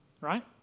right